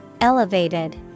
Elevated